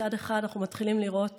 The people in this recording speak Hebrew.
מצד אחד אנחנו מתחילים לראות